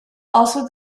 also